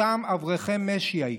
אותם אברכי משי היקרים: